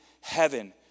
heaven